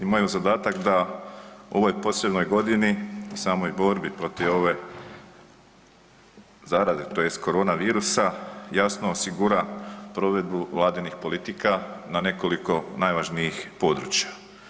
Imao je u zadatak da u ovoj posebnoj godini i samoj borbi protiv ove zaraze, tj. koronavirusa jasno, osigura provedbu Vladinih politika na nekoliko najvažnijih područja.